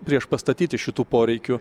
priešpastatyti šitų poreikių